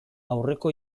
aurreko